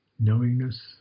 knowingness